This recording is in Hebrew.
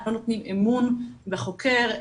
לא נותנים אמון בחוקר,